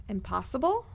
Impossible